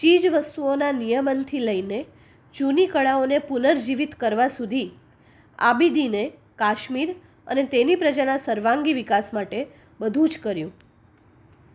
ચીજવસ્તુઓના નિયમનથી લઈને જૂની કળાઓને પુનર્જીવિત કરવા સુધી આબિદીને કાશ્મીર અને તેની પ્રજાના સર્વાંગી વિકાસ માટે બધું જ કર્યું